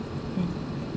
mm